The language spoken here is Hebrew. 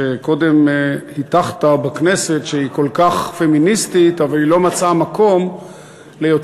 שקודם הטחת בכנסת שהיא כל כך פמיניסטית אבל היא לא מצאה מקום ליותר,